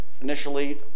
initially